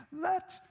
let